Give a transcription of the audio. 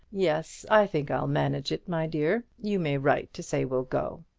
yes, i think i'll manage it, my dear. you may write to say we'll go.